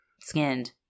skinned